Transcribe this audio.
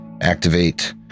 Activate